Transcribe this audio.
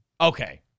Okay